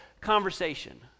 conversation